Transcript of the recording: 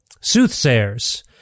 soothsayers